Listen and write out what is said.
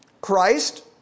Christ